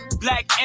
black